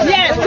Yes